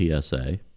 PSA